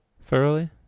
thoroughly